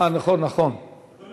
קח בחשבון